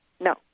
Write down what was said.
no